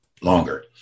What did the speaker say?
longer